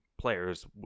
players